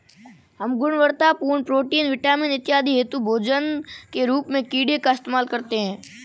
हम गुणवत्तापूर्ण protein, vitamin इत्यादि हेतु भोजन के रूप में कीड़े का इस्तेमाल करते हैं